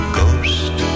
ghost